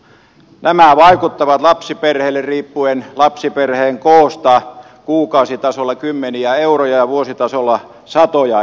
nämä vaikuttavat lapsiperheisiin riippuen lapsiperheen koosta kuukausitasolla kymmenillä euroilla ja vuositasolla sadoilla euroilla